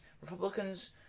Republicans